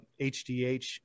HDH